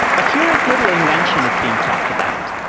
a curious little invention is being talked about.